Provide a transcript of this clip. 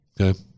Okay